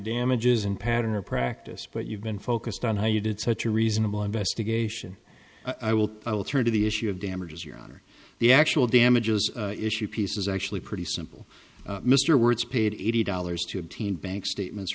damages in pattern or practice but you've been focused on how you did such a reasonable investigation i will turn to the issue of damages your honor the actual damages issue peace is actually pretty simple mr wertz paid eighty dollars to obtain bank statements